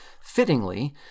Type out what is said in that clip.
fittingly